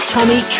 Tommy